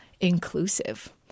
inclusive